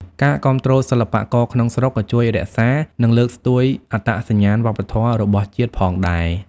ការគាំទ្រសិល្បករក្នុងស្រុកក៏ជួយរក្សា និងលើកស្ទួយអត្តសញ្ញាណវប្បធម៌របស់ជាតិផងដែរ។